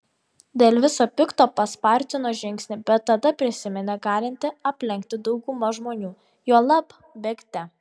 dėl viso pikto paspartino žingsnį bet tada prisiminė galinti aplenkti daugumą žmonių juolab bėgte